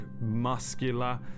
muscular